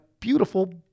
beautiful